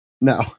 No